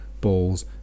balls